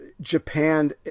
Japan